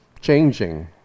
changing